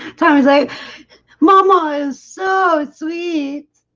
sounds like mama's so sweet